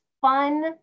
fun